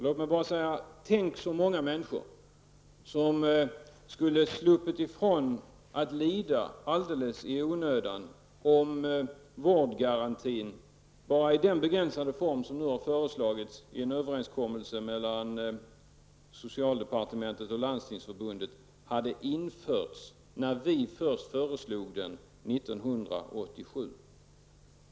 Låt mig bara säga: Tänk, så många människor som skulle ha sluppit ifrån att lida alldeles i onödan, om vårdgarantin bara i den begränsade form som nu har föreslagits i en överenskommelse mellan socialdepartementet och Landstingsförbundet hade införts när vi först föreslog den 1987!